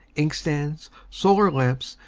inkstands, solar lamps,